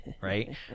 right